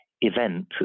event